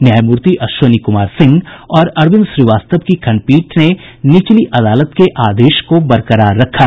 न्यायमूर्ति अश्विनी कुमार सिंह और अरविंद श्रीवास्तव की खंडपीठ ने निचली अदालत के आदेश को बरकरार रखा